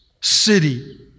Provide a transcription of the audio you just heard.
city